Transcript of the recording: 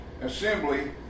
assembly